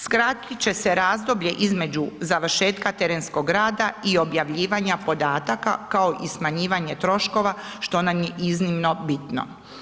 Skratit će se razdoblje između završetka terenskog rada i objavljivanje podataka kao i smanjivanje troškova što nam je iznimno bitno.